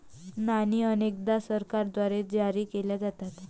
नाणी अनेकदा सरकारद्वारे जारी केल्या जातात